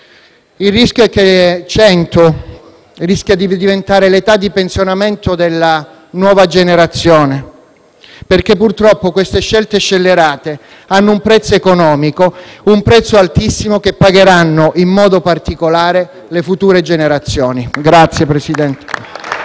il rischio è che cento rischi di diventare l'età di pensionamento della nuova generazione perché, purtroppo, queste scelte scellerate hanno un prezzo economico altissimo che pagheranno, in modo particolare, le future generazioni. *(Applausi